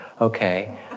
Okay